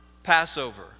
Passover